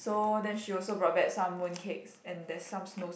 so then she also brought back some mooncakes and there's some snows